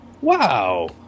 wow